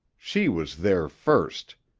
she was there first.